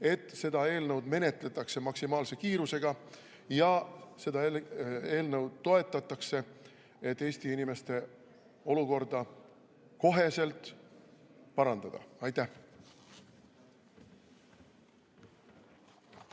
et seda eelnõu menetletakse maksimaalse kiirusega ja seda eelnõu toetatakse, et Eesti inimeste olukorda kohe parandada. Aitäh!